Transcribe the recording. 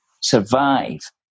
survive